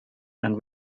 and